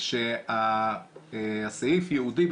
הסעיף יהודי,